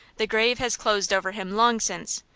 the grave has closed over him long since.